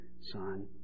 son